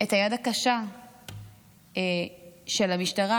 את היד הקשה של המשטרה,